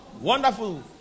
Wonderful